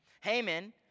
Haman